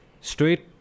Straight